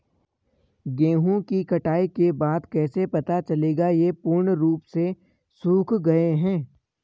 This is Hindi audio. गेहूँ की कटाई के बाद कैसे पता चलेगा ये पूर्ण रूप से सूख गए हैं?